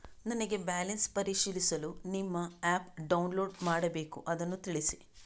ನನಗೆ ಬ್ಯಾಲೆನ್ಸ್ ಪರಿಶೀಲಿಸಲು ನಿಮ್ಮ ಆ್ಯಪ್ ಡೌನ್ಲೋಡ್ ಮಾಡಬೇಕು ಅದನ್ನು ತಿಳಿಸಿ?